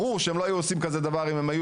ברור שהם לא היו עושים כזה דבר אם הם היו